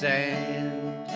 Sand